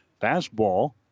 fastball